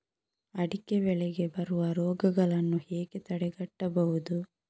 ಅಡಿಕೆ ಬೆಳೆಗೆ ಬರುವ ರೋಗಗಳನ್ನು ಹೇಗೆ ತಡೆಗಟ್ಟಬಹುದು?